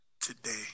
today